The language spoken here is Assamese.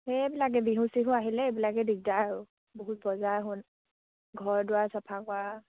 সেইবিলাকে বিহু চিহু আহিলে এইবিলাকে দিগদাৰ আৰু বহুত বজাৰ ঘৰ দুৱাৰ চাফা কৰা